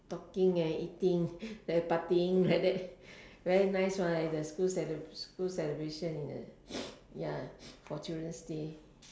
talking and eating then partying like that very nice one it's a school celeb~ school celebration ya for children's day